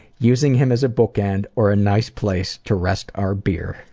using him as a bookend, or a nice place to rest our beer.